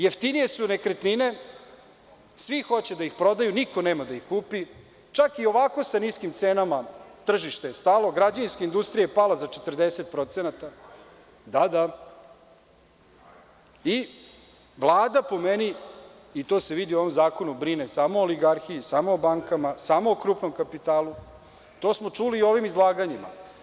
Jeftinije su nekretnine, svi hoće da ih prodaju, niko nema da ih kupi, čak i ovako sa niskim cenama, tržište je stalo i građevinska industrija je palaza 40 posto, da, da, i Vlada, po meni i to se vidi u ovom zakonu, brine samo o oligarhiji i o bankama, samo o krupnom kapitalu i to smo čuli i u ovim izlaganjima.